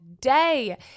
day